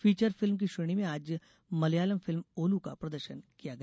feature film की श्रेणी में आज मल्यालम फिल्म ओलू का प्रदर्शन किया गया